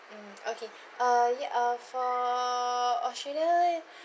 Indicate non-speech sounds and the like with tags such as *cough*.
mm okay uh ya uh for australia *breath*